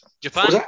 Japan